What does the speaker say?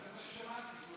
זה מה ששמעתי.